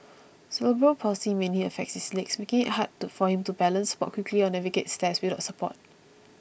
cerebral palsy mainly affects his legs making it hard for him to balance walk quickly or navigate stairs without support